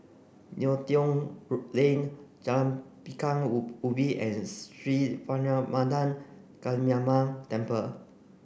Neo Tiew Road Lane Jalan Pekan Woo Ubin and Sri Vairavimada Kaliamman Temple